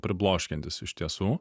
pribloškiantis iš tiesų